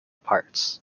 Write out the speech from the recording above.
parts